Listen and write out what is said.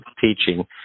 teaching